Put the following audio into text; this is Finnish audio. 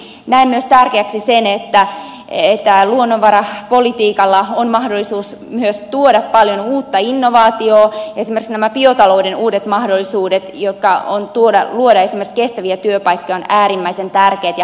näen tärkeäksi myös sen että luonnonvarapolitiikalla on mahdollisuus tuoda paljon uutta innovaatiota esimerkiksi nämä biotalouden uudet mahdollisuudet luoda esimerkiksi kestäviä työpaikkoja ovat äärimmäisen tärkeät